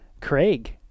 Craig